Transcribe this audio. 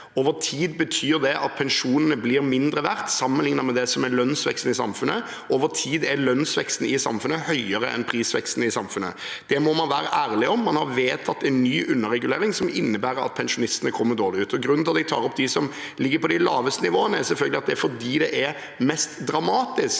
Over tid betyr det at pensjonene blir mindre verdt sammenliknet med lønnsveksten i samfunnet. Over tid er lønnsveksten i samfunnet høyere enn prisveksten i samfunnet. Det må man være ærlig om. Man har vedtatt en ny underregulering, som innebærer at pensjonistene kommer dårligere ut. Grunnen til at jeg tar opp forholdene for dem som ligger på de laveste nivåene, er selvfølgelig at det er mest dramatisk,